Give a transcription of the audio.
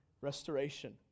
restoration